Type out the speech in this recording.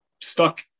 stuck